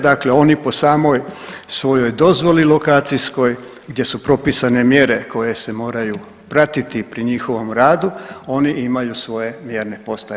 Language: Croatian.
Dakle, oni po samoj svojoj dozvoli lokacijskoj, gdje su propisane mjere koje se moraju pratiti pri njihovom radu oni imaju svoje mjerne postaje.